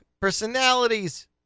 personalities